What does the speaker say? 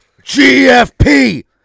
GFP